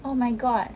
oh my god